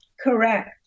correct